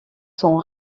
son